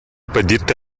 pedirte